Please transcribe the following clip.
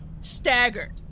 staggered